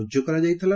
ରୁଜୁ କରାଯାଇଥିଲା